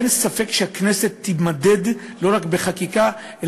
אין ספק שהכנסת תימדד לא רק בחקיקת חוקים